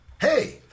hey